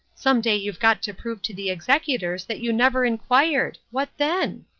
some day you've got to prove to the executors that you never inquired. what then?